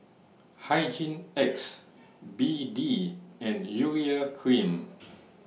Hygin X B D and Urea Cream